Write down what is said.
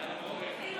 עוברים